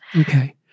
Okay